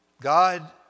God